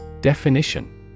Definition